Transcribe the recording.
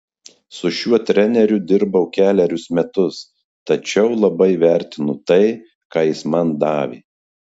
su šiuo treneriu dirbau kelerius metus tačiau labai vertinu tai ką jis man davė